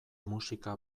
musika